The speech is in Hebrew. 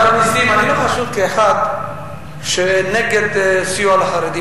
הרב נסים, אני לא חשוד כאחד שהוא נגד סיוע לחרדים.